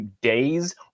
days